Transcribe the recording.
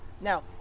Now